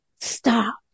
Stop